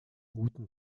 үүдэн